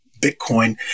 Bitcoin